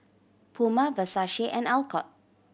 Puma Versace and Alcott